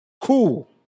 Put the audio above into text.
Cool